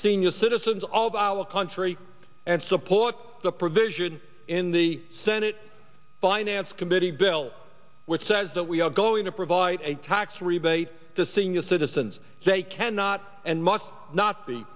senior citizens all of our country and support the provision in the senate finance committee bill which says that we are going to provide a tax rebate to senior citizens they cannot and must not be